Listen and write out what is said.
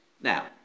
Now